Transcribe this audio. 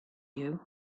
you